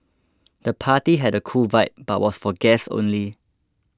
the party had a cool vibe but was for guests only